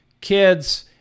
kids